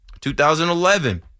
2011